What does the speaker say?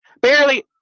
Barely